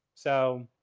so,